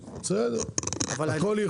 בסדר, הכול היא יכולה.